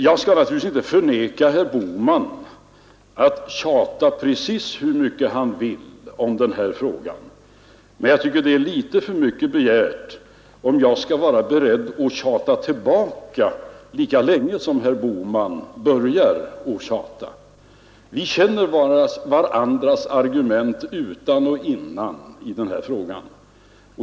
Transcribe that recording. Jag skall naturligtvis inte förneka herr Bohmans rätt att tjata precis hur mycket han vill om den här frågan, men jag tycker det är litet för mycket begärt att jag skall vara beredd att tjata tillbaka lika länge som herr Bohman har börjat tjata. Vi känner varandras argument utan och innan i den här frågan.